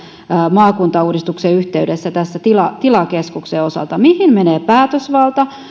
maakuntauudistuksen yhteydessä tämän tilakeskuksen osalta mihin menee päätösvalta